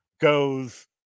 goes